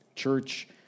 church